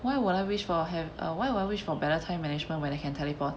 why would I wish for have uh why would I wish for better time management when I can teleport